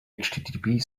http